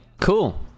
cool